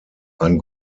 ein